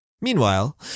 Meanwhile